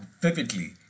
vividly